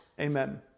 Amen